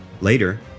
Later